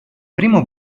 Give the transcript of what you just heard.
primo